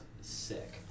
sick